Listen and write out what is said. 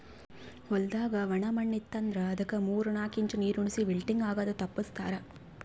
ಹೊಲ್ದಾಗ ಒಣ ಮಣ್ಣ ಇತ್ತು ಅಂದ್ರ ಅದುಕ್ ಮೂರ್ ನಾಕು ಇಂಚ್ ನೀರುಣಿಸಿ ವಿಲ್ಟಿಂಗ್ ಆಗದು ತಪ್ಪಸ್ತಾರ್